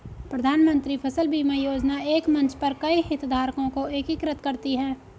प्रधानमंत्री फसल बीमा योजना एक मंच पर कई हितधारकों को एकीकृत करती है